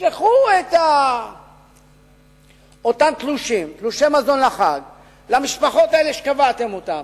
תשלחו את אותם תלושי מזון לחג למשפחות האלה שקבעתם אותן.